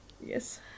Yes